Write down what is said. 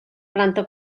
planta